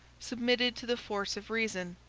submitted to the force of reason,